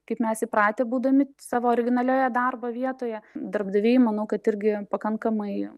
kaip mes įpratę būdami savo originalioje darbo vietoje darbdaviai manau kad irgi pakankamai